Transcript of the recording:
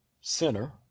Center